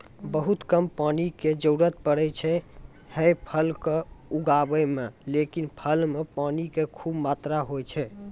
बहुत कम पानी के जरूरत पड़ै छै है फल कॅ उगाबै मॅ, लेकिन फल मॅ पानी के खूब मात्रा होय छै